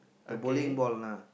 the bowling ball lah